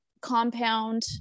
compound